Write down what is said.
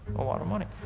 a lot of money.